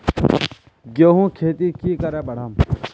गेंहू खेती की करे बढ़ाम?